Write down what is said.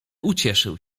ucieszył